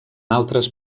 altres